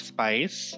Spice